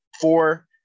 four